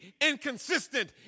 inconsistent